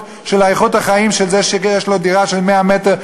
לאיכות החיים של זה שיש לו דירה של 100 מטר,